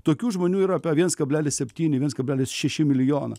tokių žmonių yra apie viens kablelis septyni viens kablelis šeši milijono